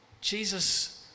Jesus